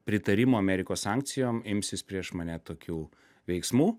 pritarimo amerikos sankcijom imsis prieš mane tokių veiksmų